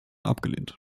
abgelehnt